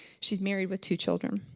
she's married with two children.